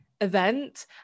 event